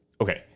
okay